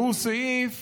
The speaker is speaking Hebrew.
שהוא סעיף